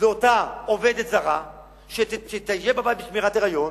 לאותה עובדת זרה שתהיה בבית בשמירת היריון,